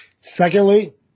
secondly